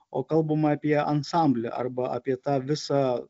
o kalbama apie ansamblį arba apie tą visą